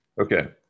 Okay